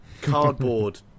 cardboard